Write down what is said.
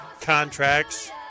contracts